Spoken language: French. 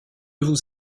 vous